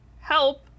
help